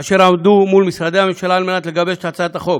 אשר עבדו מול משרדי הממשלה כדי לגבש את הצעת החוק,